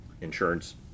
insurance